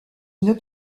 une